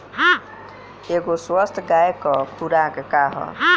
एगो स्वस्थ गाय क खुराक का ह?